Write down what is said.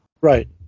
right